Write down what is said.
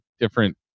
different